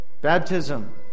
Baptism